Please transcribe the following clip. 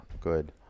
good